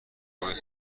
بگویید